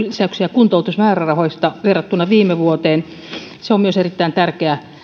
kuntoutusmäärärahoihin verrattuna viime vuoteen ja se on myös erittäin tärkeä